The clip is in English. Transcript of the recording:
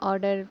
order